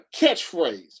catchphrase